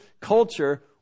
culture